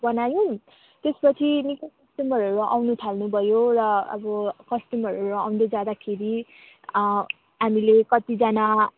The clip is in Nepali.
बनायौँ त्यसपछि निकै कस्टमरहरू आउनु थाल्नुभयो र अब कस्टमरहरू आउँदै जाँदाखेरि हामीले कतिजना